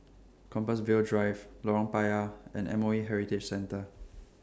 Compassvale Drive Lorong Payah and M O E Heritage Centre